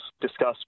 discussed